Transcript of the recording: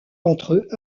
entre